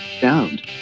sound